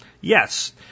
yes